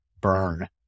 burn